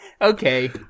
Okay